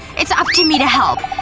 it's up to me to help